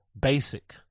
basic